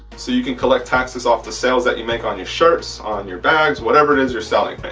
so you can collect taxes off the sales that you make on your shirts on your bags whatever it is you're selling.